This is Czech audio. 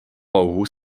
louhu